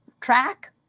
track